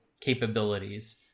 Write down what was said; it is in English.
capabilities